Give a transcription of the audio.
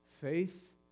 Faith